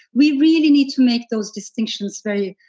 we really need to make those distinctions very,